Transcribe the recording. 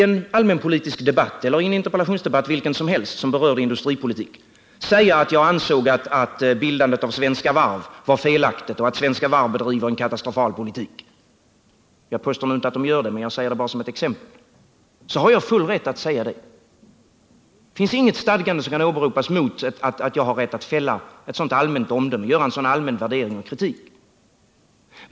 en allmänpolitisk debatt eller en interpellationsdebatt som berör industripolitik skulle säga att jag ansåg att bildandet av Svenska Varv var felaktigt och att Svenska Varv bedriver en katastrofal politik — jag påstår inte att företaget gör det, utan tar det bara som ett exempel —så har jag full rätt att säga det. Det finns inget stadgande som kan åberopas för att hävda att jag inte har rätt att fälla ett sådant allmänt omdöme, göra en sådan allmän värdering eller framföra en sådan allmän kritik.